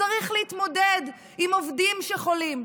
שצריך להתמודד עם עובדים שחולים,